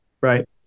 Right